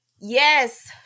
Yes